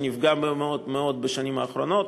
שנפגעה מאוד מאוד בשנים האחרונות.